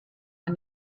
man